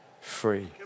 free